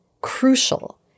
crucial